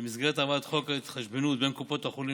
במסגרת העברת חוק ההתחשבנות בין קופות החולים